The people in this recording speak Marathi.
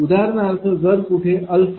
उदाहरणार्थ जर कुठे हा α 1